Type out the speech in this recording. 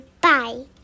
Bye